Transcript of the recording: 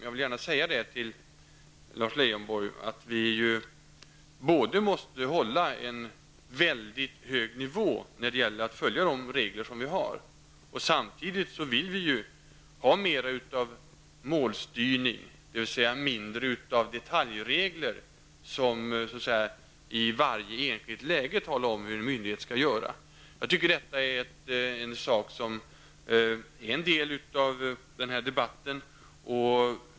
Jag vill gärna säga till Lars Leijonborg att vi både måste hålla en väldigt hög nivå när det gäller att följa de regler vi har och samtidigt sträva efter mer av målstyrning, dvs. mindre av detaljregler som i varje enskilt läge talar om hur en myndighet skall göra. Jag tycker denna sak är en del av denna debatt.